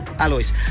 Alois